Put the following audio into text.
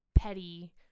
petty